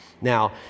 Now